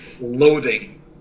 loathing